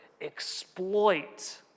exploit